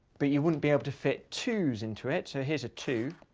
but you wouldn't be able to fit two s into it. so here's a two.